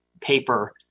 paper